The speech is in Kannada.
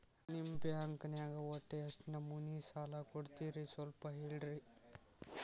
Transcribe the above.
ನಿಮ್ಮ ಬ್ಯಾಂಕ್ ನ್ಯಾಗ ಒಟ್ಟ ಎಷ್ಟು ನಮೂನಿ ಸಾಲ ಕೊಡ್ತೇರಿ ಸ್ವಲ್ಪ ಹೇಳ್ರಿ